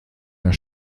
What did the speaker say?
der